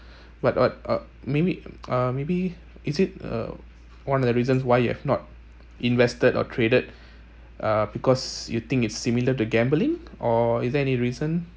what what uh maybe uh maybe is it uh one of the reasons why you have not invested or traded uh because you think it's similar to gambling or is there any reason